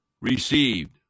received